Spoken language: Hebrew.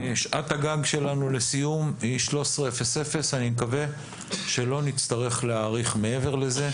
שעת הגג שלנו לסיום היא 13:00. אני מקווה שלא נצטרך להאריך מעבר לזה,